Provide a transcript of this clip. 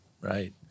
Right